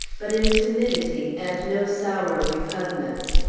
but in timidity, and no sour repugnance.